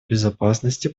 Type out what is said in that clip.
безопасности